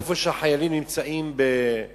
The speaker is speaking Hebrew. שהחיילים נמצאים בו